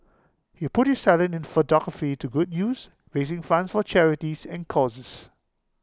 he put his talent in photography to good use raising funds for charities and causes